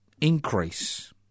increase